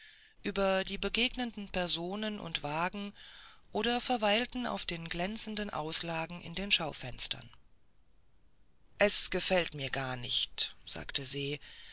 über die begegnenden personen und wagen oder verweilten auf den glänzenden auslagen in den schaufenstern es gefällt mir gar nicht sagte se